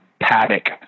paddock